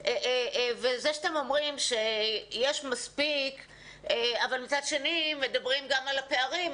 אתם אומרים שיש מספיק אבל מצד שני מדברים גם על הפערים,